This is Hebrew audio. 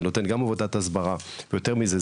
ונותן גם עבודת הסברה וגם יותר מזה,